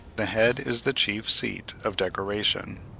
the head is the chief seat of decoration.